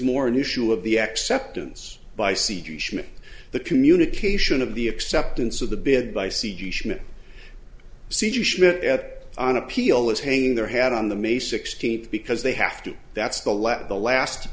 more an issue of the acceptance by c g the communication of the acceptance of the bid by c g schmidt c g schmidt at an appeal is hanging their hat on the may sixteenth because they have to that's the last the last